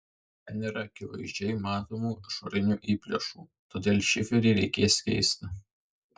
ten yra akivaizdžiai matomų išorinių įplėšų todėl šiferį reikės keisti